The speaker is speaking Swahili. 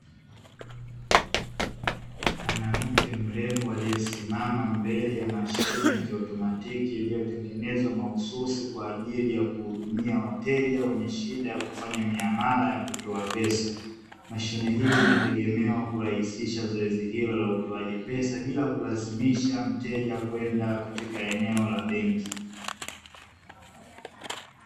Mwanamke mrembo aliyesimama mbele ya mashine ya kiautomatiki iliyotengenezwa mahususi kwa ajili ya kuhudumia wateja wenye shida ya kufanya miamala ya kutoa pesa, mashine hii inategemewa kurahisisha zoezi hilo la utoaji pesa bila kulazimisha mteja kwenda katika eneo la benki.